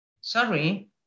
sorry